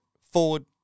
forward